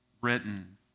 written